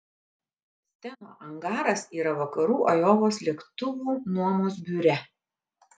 steno angaras yra vakarų ajovos lėktuvų nuomos biure